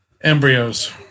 Embryos